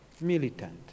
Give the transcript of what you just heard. militant